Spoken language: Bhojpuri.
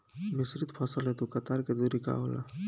मिश्रित फसल हेतु कतार के दूरी का होला?